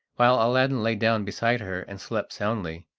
while aladdin lay down beside her and slept soundly.